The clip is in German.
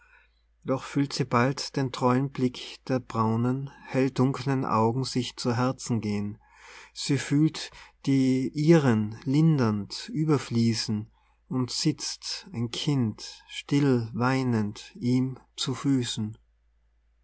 doch fühlt sie bald den treuen blick der braunen helldunklen augen sich zu herzen gehn sie fühlt die ihren lindernd überfließen und sitzt ein kind still weinend ihm zu füßen